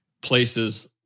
places